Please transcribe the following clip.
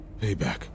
payback